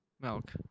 milk